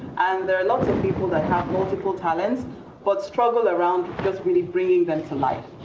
and there are lots of people that have multiple talents but struggle around just really bringing them to life,